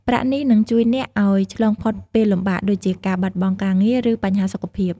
ប្រាក់នេះនឹងជួយអ្នកឱ្យឆ្លងផុតពេលលំបាកដូចជាការបាត់បង់ការងារ ឬបញ្ហាសុខភាព។